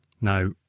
Now